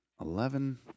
eleven